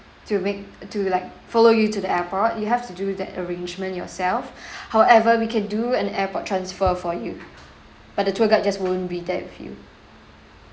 to make to like follow you to the airport you have to do the arrangement yourself however we can do an airport transfer for you but the tour guide just won't be there for you